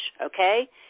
okay